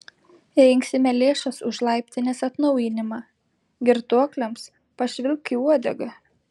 rinksime lėšas už laiptinės atnaujinimą girtuokliams pašvilpk į uodegą